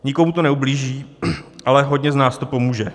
Nikomu to neublíží, ale hodně z nás to pomůže.